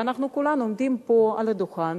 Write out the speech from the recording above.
ואנחנו כולנו עומדים פה על הדוכן